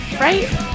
Right